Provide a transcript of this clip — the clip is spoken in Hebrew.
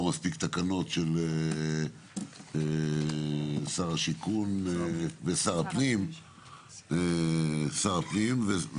או שתקנות של שר השיכון ושר הפנים הן מספיקות.